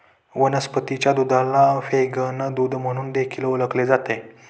वनस्पतीच्या दुधाला व्हेगन दूध म्हणून देखील ओळखले जाते